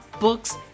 books